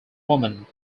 woman